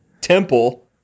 temple